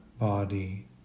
body